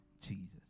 Jesus